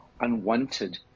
unwanted